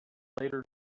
later